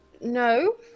No